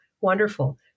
Wonderful